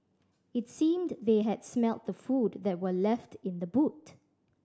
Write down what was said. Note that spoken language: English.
it seemed they had smelt the food that were left in the boot